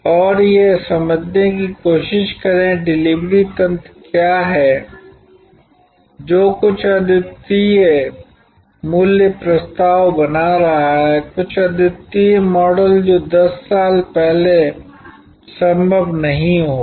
और यह समझने की कोशिश करें कि डिलीवरी तंत्र क्या है जो कुछ अद्वितीय मूल्य प्रस्ताव बना रहा है कुछ अद्वितीय मॉडल जो 10 साल पहले संभव नहीं होगा